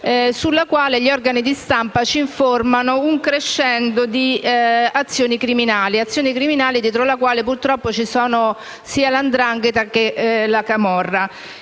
alla quale gli organi di stampa ci informano di un crescendo di azioni criminali dietro le quali, purtroppo, ci sono sia la 'ndrangheta che la camorra.